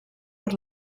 per